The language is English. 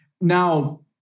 Now